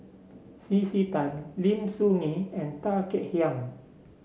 C C Tan Lim Soo Ngee and Tan Kek Hiang